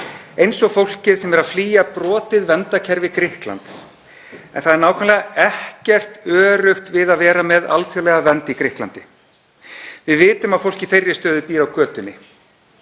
eins og fólkið sem er að flýja brotin verndarkerfi Grikklands. En það er nákvæmlega ekkert öruggt við að vera með alþjóðlega vernd í Grikklandi. Við vitum að fólk í þeirri stöðu býr á götunni,